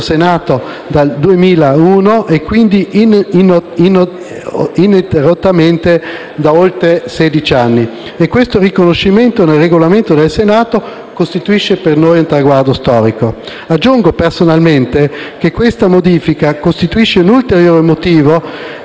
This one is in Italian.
Senato dal 2001 e, quindi, ininterrottamente da oltre sedici anni. Questo riconoscimento nel Regolamento del Senato costituisce per noi un traguardo storico. Aggiungo, personalmente, che la modifica apportata costituisce un ulteriore motivo di